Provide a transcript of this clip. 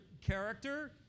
character